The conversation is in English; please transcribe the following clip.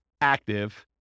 active